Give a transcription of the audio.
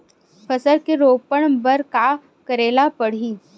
फसल के पोषण बर का करेला पढ़ही?